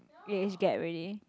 age gap already